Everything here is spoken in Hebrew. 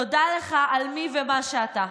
תודה לך על מי ומה שאתה,